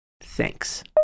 Thanks